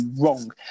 wrong